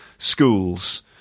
schools